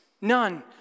None